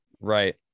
Right